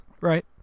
right